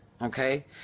Okay